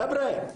חבר'ה,